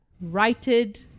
righted